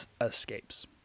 escapes